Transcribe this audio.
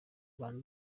rwanda